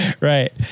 right